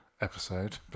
episode